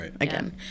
again